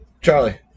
Charlie